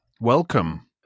Welcome